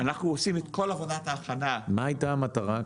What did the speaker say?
אנחנו עושים את כל עבודת ההכנה --- מה הייתה המטרה?